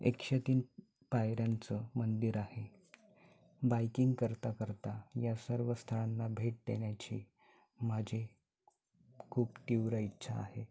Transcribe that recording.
एकशे तीन पायऱ्यांचं मंदिर आहे बायकिंग करता करता या सर्व स्थळांना भेट देण्याची माझी खूप तीव्र इच्छा आहे